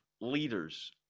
leaders